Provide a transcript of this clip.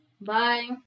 Bye